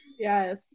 Yes